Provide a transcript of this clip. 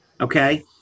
Okay